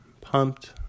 Pumped